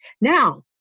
now